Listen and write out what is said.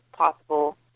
possible